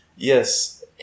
Yes